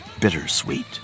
bittersweet